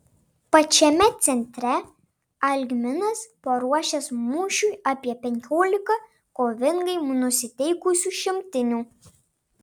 pačiame centre algminas paruošęs mūšiui apie penkiolika kovingai nusiteikusių šimtinių